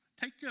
Take